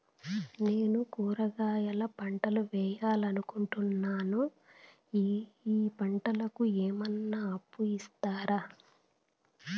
నేను కూరగాయల పంటలు వేయాలనుకుంటున్నాను, ఈ పంటలకు ఏమన్నా అప్పు ఇస్తారా?